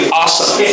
awesome